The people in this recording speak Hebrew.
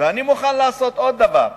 מוכן לעשות עוד דבר,